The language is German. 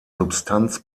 substanz